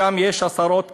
שם יש עשרות כאלה.